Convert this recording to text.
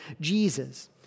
Jesus